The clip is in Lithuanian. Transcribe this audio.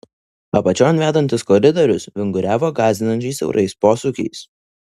apačion vedantis koridorius vinguriavo gąsdinančiai siaurais posūkiais